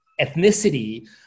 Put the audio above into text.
ethnicity